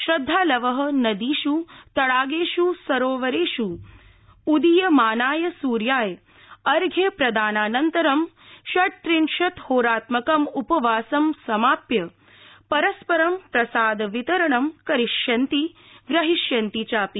श्रद्धालव नदीष् तडागेष् सरोवरेष् उदीयमानाय सूर्याय अर्घ्यप्रदानानन्तरं षट् त्रिंशत् होरात्मकम् उपवासम् समाप्य परस्परं प्रसाद वितरणं करिष्यन्ति ग्रहीष्यन्ति चापि